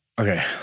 Okay